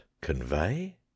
convey